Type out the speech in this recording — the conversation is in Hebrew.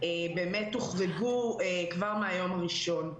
באמת הוחרגו כבר מהיום הראשון.